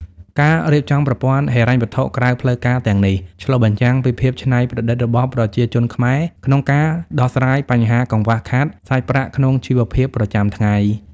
ការរៀបចំប្រព័ន្ធហិរញ្ញវត្ថុក្រៅផ្លូវការទាំងនេះ ឆ្លុះបញ្ចាំងពីភាពច្នៃប្រឌិតរបស់ប្រជាជនខ្មែរក្នុងការដោះស្រាយបញ្ហាកង្វះខាតសាច់ប្រាក់ក្នុងជីវភាពប្រចាំថ្ងៃ។